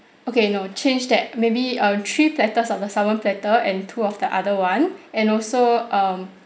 okay no change that maybe uh three platters of the salmon platter and two of the other [one] and also um